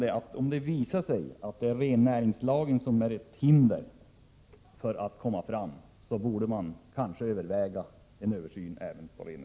Men om det visar sig att det är rennäringslagen som är ett hinder för att man skall komma till en lösning, borde man kanske överväga en översyn även av den.